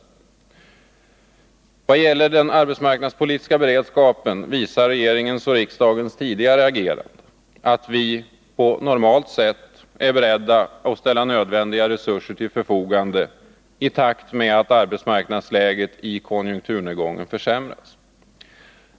Besparingar i Vad gäller den arbetsmarknadspolitiska beredskapen visar regeringens — statsverksamheten och riksdagsmajoritetens tidigare agerande att vi på normalt sätt är beredda att ställa nödvändiga resurser till förfogande i takt med att arbetsmarknadsläget i konjunkturnedgången försämras.